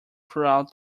throughout